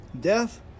death